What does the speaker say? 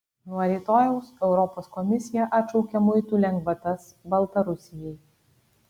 nuo rytojaus europos komisija atšaukia muitų lengvatas baltarusijai